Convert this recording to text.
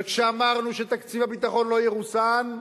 וכשאמרנו שתקציב הביטחון לא ירוסן,